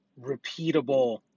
repeatable